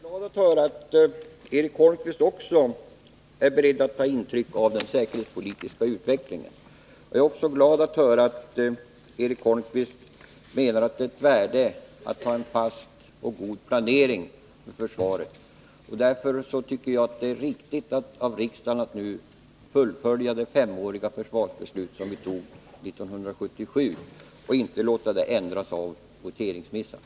Herr talman! Jag är glad över att Eric Holmqvist också är beredd att ta intryck av den säkerhetspolitiska utvecklingen, och jag är glad att höra att Eric Holmqvist också menar att det är ett värde att ha en fast och god planering i försvaret. Jag tycker det är riktigt av riksdagen att nu fullfölja det femåriga försvarsbeslut som vi fattade 1977 och inte låta det ändras av voteringsmissar.